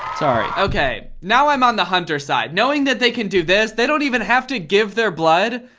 sorry, okay. now i'm on the hunters' side. knowing that they can do this, they don't even have to give their blood.